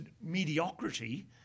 mediocrity